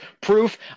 Proof